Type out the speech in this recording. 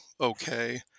okay